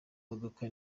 modoka